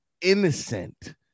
innocent